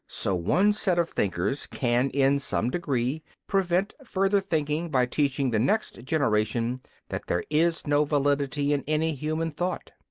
so one set of thinkers can in some degree prevent further thinking by teaching the next generation that there is no validity in any human thought.